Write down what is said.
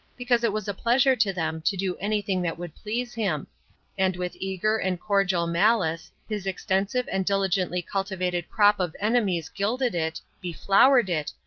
because it was a pleasure to them to do anything that would please him and with eager and cordial malice his extensive and diligently cultivated crop of enemies gilded it, beflowered it,